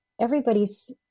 everybody's